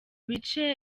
bice